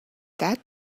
that